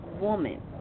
woman